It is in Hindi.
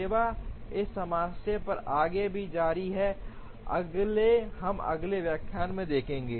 सेवा इस समस्या पर आगे भी जारी है हम अगले व्याख्यान में देखेंगे